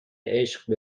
عشق